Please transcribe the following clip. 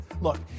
Look